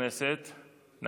הפסקה.